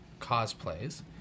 cosplays